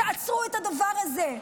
תעצרו את הדבר הזה.